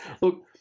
Look